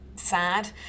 sad